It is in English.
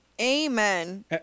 amen